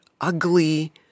ugly